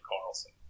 Carlson